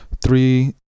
three